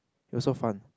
it was so fun